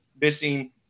missing